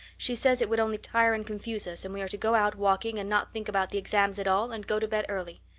she says it would only tire and confuse us and we are to go out walking and not think about the exams at all and go to bed early.